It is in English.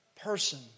person